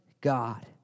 God